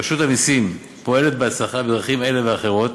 רשות המסים פועלת בהצלחה בדרכים אלה ואחרות